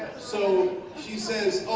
so she says